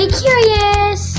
curious